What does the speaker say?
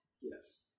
Yes